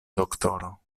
doktoro